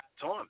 time